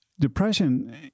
Depression